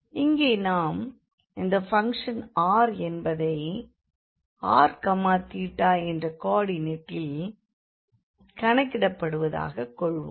இங்கே நமக்கு அந்த ஃபங்ஷன் r என்பதை r θ என்ற கோ ஆடினேட்டில் கணக்கிடப்படுவதாகக் கொள்வோம்